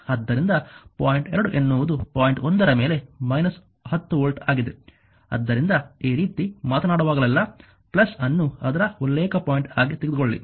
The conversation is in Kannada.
ಆದ್ದರಿಂದ ಪಾಯಿಂಟ್ 2 ಎನ್ನುವುದು ಪಾಯಿಂಟ್ 1 ರ ಮೇಲೆ 10 ವೋಲ್ಟ್ ಆಗಿದೆ ಆದ್ದರಿಂದ ಈ ರೀತಿ ಮಾತನಾಡುವಾಗಲೆಲ್ಲಾ ಅನ್ನು ಅದರ ಉಲ್ಲೇಖ ಪಾಯಿಂಟ್ ಆಗಿ ತೆಗೆದುಕೊಳ್ಳಿ